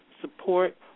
support